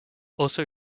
also